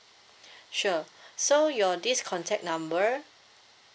sure so your this contact number